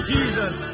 Jesus